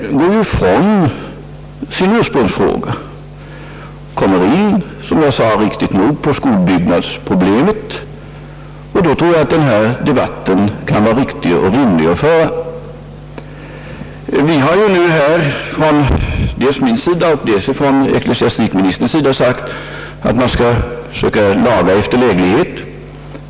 Men herr Häbinette går ifrån sin ursprungliga fråga och kommer — riktigt nog, som jag sade — in på skolbyggnadsproblemet, och då tror jag att det kan vara rimligt att föra den här debatten. Både <ecklesiastikministern och jag har ju sagt att man skall söka laga efter läglighet.